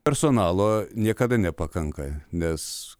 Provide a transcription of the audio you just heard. personalo niekada nepakanka nes